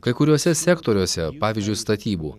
kai kuriuose sektoriuose pavyzdžiui statybų